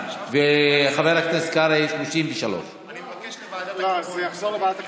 וחבר הכנסת קרעי, 33. אני מבקש לוועדת הקורונה.